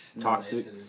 Toxic